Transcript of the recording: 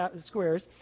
squares